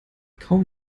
kaum